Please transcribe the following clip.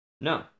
No